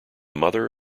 mother